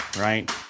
right